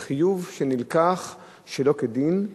זה חיוב שנלקח שלא כדין,